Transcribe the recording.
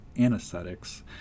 anesthetics